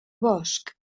bosc